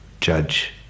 judge